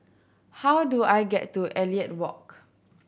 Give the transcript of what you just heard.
how do I get to Elliot Walk